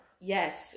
Yes